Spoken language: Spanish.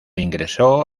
ingresó